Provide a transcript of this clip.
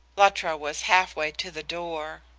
luttra was half way to the door.